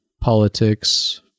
politics